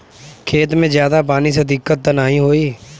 खेत में ज्यादा पानी से दिक्कत त नाही होई?